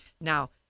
now